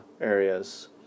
areas